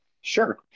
Sure